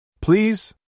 Please